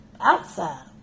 outside